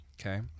Okay